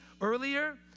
earlier